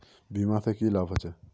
बीमा से की लाभ होचे?